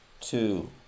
Two